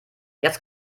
jetzt